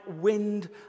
wind